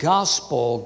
Gospel